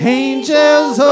angels